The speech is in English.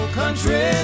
country